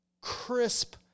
crisp